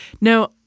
Now